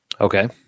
Okay